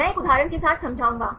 मैं एक उदाहरण के साथ समझाऊंगा